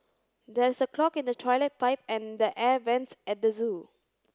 there is a clog in the toilet pipe and the air vents at the zoo